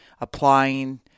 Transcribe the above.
applying